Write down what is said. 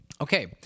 Okay